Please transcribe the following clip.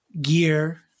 gear